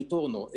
ברטורנו,